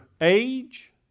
age